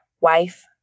wife